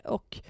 Och